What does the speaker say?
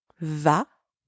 va